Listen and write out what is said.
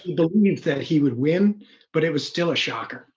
believes that he would win but it was still a shocker.